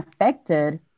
affected